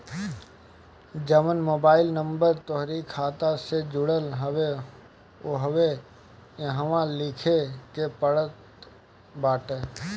जवन mobile number तोहरी खाता से जुड़ल हवे उहवे इहवा लिखे के पड़त बाटे